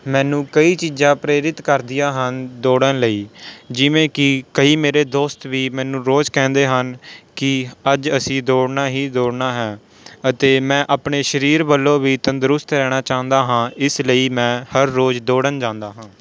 ਮੈਨੂੰ ਕਈ ਚੀਜ਼ਾਂ ਪ੍ਰੇਰਿਤ ਕਰਦੀਆਂ ਹਨ ਦੌੜਨ ਲਈ ਜਿਵੇਂ ਕਿ ਕਈ ਮੇਰੇ ਦੋਸਤ ਵੀ ਮੈਨੂੰ ਰੋਜ਼ ਕਹਿੰਦੇ ਹਨ ਕਿ ਅੱਜ ਅਸੀਂ ਦੌੜਨਾ ਹੀ ਦੌੜਨਾ ਹੈ ਅਤੇ ਮੈਂ ਆਪਣੇ ਸਰੀਰ ਵੱਲੋਂ ਵੀ ਤੰਦਰੁਸਤ ਰਹਿਣਾ ਚਾਹੁੰਦਾ ਹਾਂ ਇਸ ਲਈ ਮੈਂ ਹਰ ਰੋਜ਼ ਦੌੜਨ ਜਾਂਦਾ ਹਾਂ